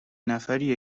نفریه